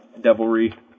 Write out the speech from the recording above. devilry